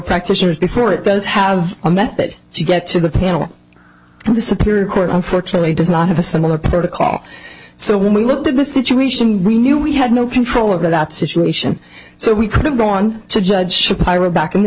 practitioners before it does have a method to get to the panel and the supreme court unfortunately does not have a similar protocol so when we looked at the situation we knew we had no control over that situation so we could go on to judge kyra back in the